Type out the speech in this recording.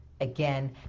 Again